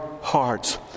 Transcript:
hearts